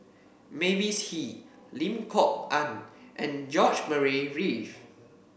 Mavis Hee Lim Kok Ann and George Murray Reith